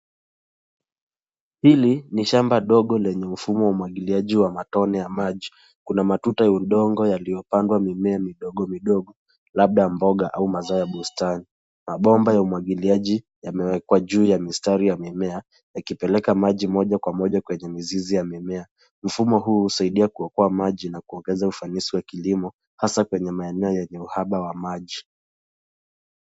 Hili ni shamba dogo lenye mfumo wa umwagiliaji wa matone ya maji. Kuna matuta ya udongo yaliyopandwa mimea midogo midogo labda mboga au mazao ya bustani. Mabomba ya umwagiliaji yamewekwa juu ya mistari ya mimea yakipeleka maji moja kwa moja kwenye mizizi ya mimea. Mfumo huu husaidia kuokoa maji na kuongeza ufanisi wa kilimo hasa kwenye maeneo yenye uhaba wa maji.